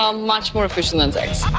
um much more efficient than sex.